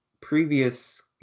previous